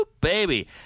baby